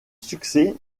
succès